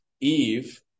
Eve